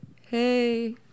hey